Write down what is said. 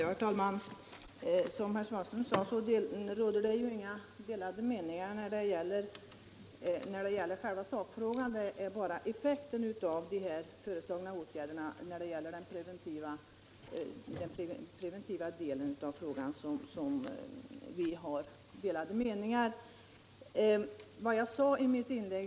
Herr talman! Som herr Svanström sade råder det inga delade meningar i själva sakfrågan. Det är bara om de preventiva effekterna av de föreslagna åtgärderna som vi har delade meningar.